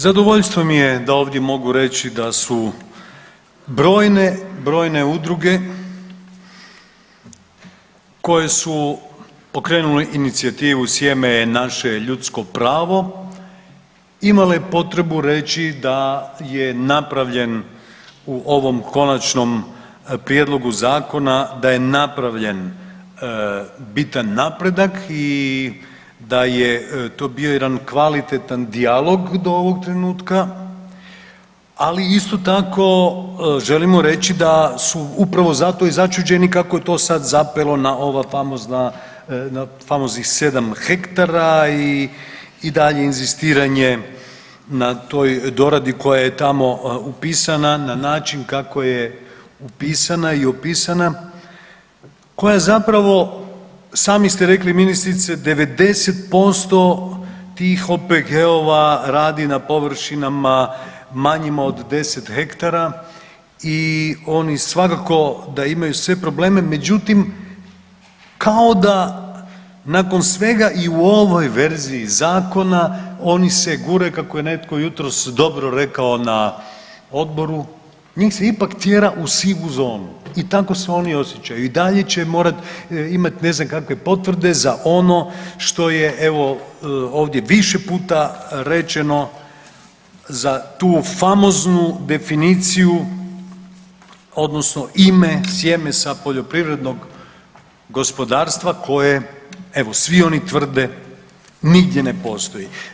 Zadovoljstvo mi je da ovdje mogu reći da su brojne, brojne udruge koje su pokrenule inicijativu Sjeme je naše ljudsko pravo, imale potrebu reći da je napravljen u ovom Konačnom prijedlogu zakona, da je napravljen bitan napredak i da je to bio jedan kvalitetan dijalog do ovog trenutka, ali isto tako, želimo reći da su upravo zato i začuđeni kako to sad zapelo na ova famozna, famoznih 7 hektara i dalje inzistiranje na toj doradi koja je tamo upisana na način kako je upisana i opisana koja zapravo, sami ste rekli ministrice, 90% tih OPG-ova radi na površinama manjima od 10 hektara i oni svakako da imaju sve probleme, međutim, kao da nakon svega i u ovoj verziji Zakona oni se guraju, kako je netko jutros dobro rekao na odboru, njih se ipak tjera u sivu zonu i tako se oni osjećaju i dalje će morati imati ne znam kakve potvrde za ono što je evo, ovdje više puta rečeno za tu famoznu definiciju odnosno ime, sjeme sa poljoprivrednog gospodarstva koje evo, svi oni tvrde, nigdje ne postoji.